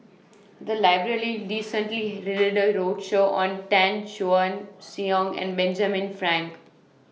The Library recently did A roadshow on Chan Choy Siong and Benjamin Frank